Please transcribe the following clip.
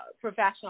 professional